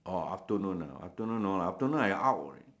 oh afternoon ah afternoon no lah afternoon I out already